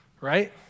right